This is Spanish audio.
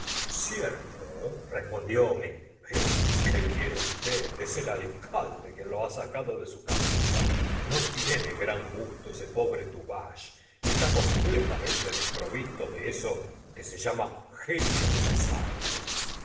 cierto respondió homais pero qué quiere usted es el alcalde quien lo ha sacado de su cabeza no tiene gran gusto ese pobre tuvache y está o gustavo flausimt completamente desprovisto de eso que se llama genio de las artes